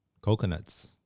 coconuts